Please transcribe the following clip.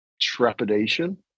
trepidation